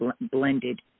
blended